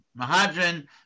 Mahadran